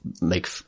make